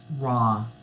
raw